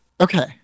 Okay